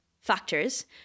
factors